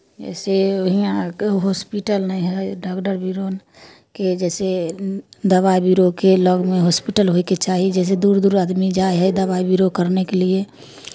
जइसे हियाँ कहूँ हॉस्पिटल नहि हइ डागदर बीरो के जइसे दबाइ बीरोके लगमे हॉस्पिटल होइके चाही जइसे दूर दूर आदमी जाइ हइ दबाइ बीरो करनेके लिए